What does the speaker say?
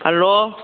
hello